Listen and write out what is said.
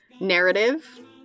narrative